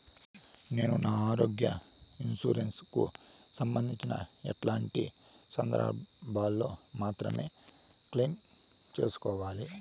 నేను నా ఆరోగ్య ఇన్సూరెన్సు కు సంబంధించి ఎట్లాంటి సందర్భాల్లో మాత్రమే క్లెయిమ్ సేసుకోవాలి?